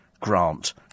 grant